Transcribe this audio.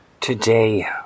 Today